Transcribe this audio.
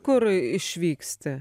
kur išvyksti